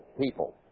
people